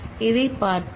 இதைப் பார்ப்போம்